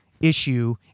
issue